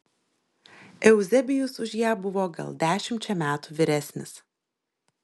euzebijus už ją buvo gal dešimčia metų vyresnis